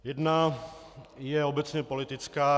Jedna je obecně politická.